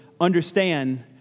understand